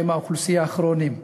אוכלוסיית החולים הכרוניים.